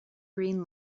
green